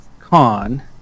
con